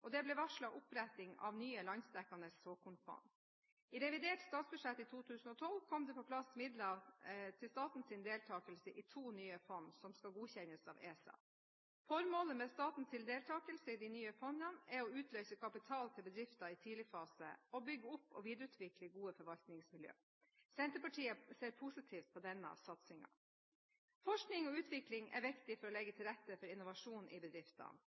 og det ble varslet oppretting av nye landsdekkende såkornfond. I revidert statsbudsjett 2012 kom det på plass midler til statens deltakelse i to nye fond som skal godkjennes av ESA. Formålet med statens deltakelse i de nye fondene er å utløse kapital til bedrifter i tidlig fase og bygge opp og videreutvikle gode forvaltningsmiljøer. Senterpartiet ser positivt på denne satsingen. Forskning og utvikling er viktig for å legge til rette for innovasjon i bedriftene.